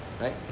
right